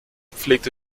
pflegt